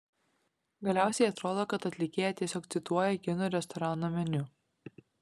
galiausiai atrodo kad atlikėja tiesiog cituoja kinų restorano meniu